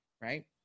Right